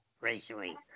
racially